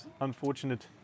unfortunate